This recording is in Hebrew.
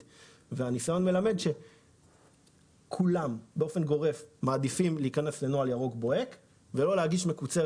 הניסיון מלמד שכולם מעדיפים להיכנס לנוהל ירוק בוהק ולא להגיש מקוצרת